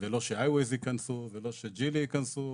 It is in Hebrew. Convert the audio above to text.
ולא ש- aiways ייכנסו ולא ש- GEELY ייכנסו,